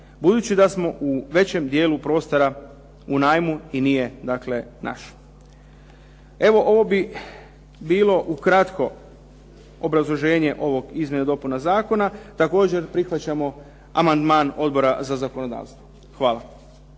budući da smo u većem dijelu prostora u najmu i nije dakle naš. Evo ovo bi bilo ukratko obrazloženje ovih izmjena i dopuna zakona. Također prihvaćamo amandman Odbora za zakonodavstvo. Hvala.